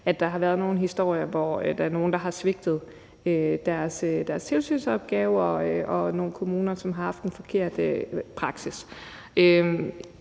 at der har været nogle historier, hvor nogen har svigtet deres tilsynsopgave, og hvor nogle kommuner har haft forkert praksis.